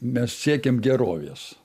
mes siekiam gerovės